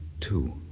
Two